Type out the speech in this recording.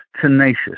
tenacious